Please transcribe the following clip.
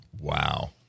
Wow